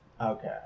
Okay